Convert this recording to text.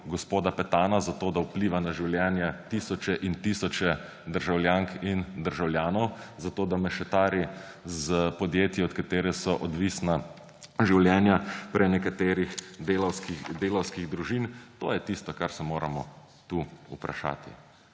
gospoda Petana, zato da vpliva na življenja tisoče in tisoče državljank in državljanov, zato da mešetari s podjetji, od katerih so odvisna življenja prenekaterih delavskih družin. To je tisto, kar se moramo tu vprašati.